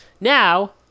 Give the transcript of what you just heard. Now